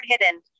hidden